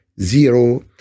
zero